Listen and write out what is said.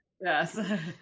yes